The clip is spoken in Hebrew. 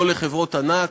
לא לחברות ענק,